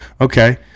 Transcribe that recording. Okay